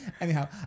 Anyhow